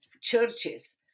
churches